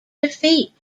defeat